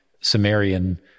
Sumerian